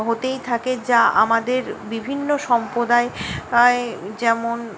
হতেই থাকে যা আমাদের বিভিন্ন সম্প্রদায় আয় যেমন